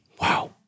Wow